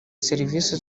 serivise